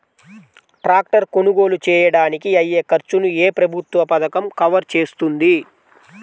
Tractor కొనుగోలు చేయడానికి అయ్యే ఖర్చును ఏ ప్రభుత్వ పథకం కవర్ చేస్తుంది?